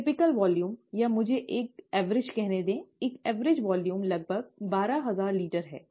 विशिष्ट वॉल्यूम या मुझे एक औसत कहने दें एक औसत वॉल्यूम लगभग बारह हज़ार लीटर है